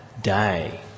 day